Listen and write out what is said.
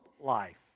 life